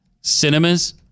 cinemas